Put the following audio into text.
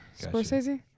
Scorsese